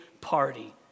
party